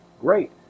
Great